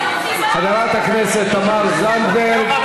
חברת הכנסת תמר זנדברג,